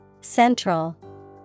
Central